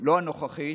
לא הנוכחית,